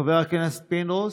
חבר הכנסת פינדרוס,